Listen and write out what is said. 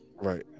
Right